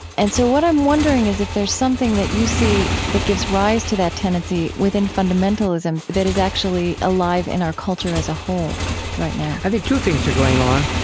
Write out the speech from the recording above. and so what i'm wondering is if there's something that you see that gives rise to that tendency within fundamentalism that is actually alive in our culture as a whole right now i think two things are going on.